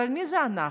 אבל מי זה אנחנו?